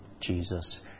Jesus